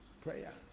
Prayer